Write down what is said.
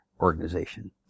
organization